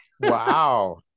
Wow